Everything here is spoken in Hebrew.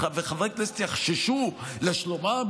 וחברי כנסת יחששו לשלומם,